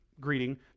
greeting